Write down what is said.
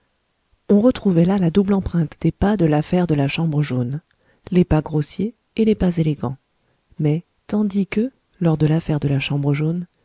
on retrouvait là la double empreinte des pas de l'affaire de la chambre jaune les pas grossiers et les pas élégants mais tandis que lors de l'affaire de la chambre jaune